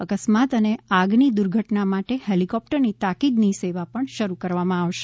અકસ્માત અને આગની દુર્ઘટના માટે હેલિકોપ્ટરની તાકીદની સેવા શરૂ કરવામાં આવશે